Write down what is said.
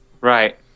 Right